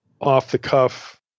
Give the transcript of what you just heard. off-the-cuff